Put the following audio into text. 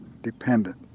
dependent